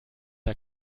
der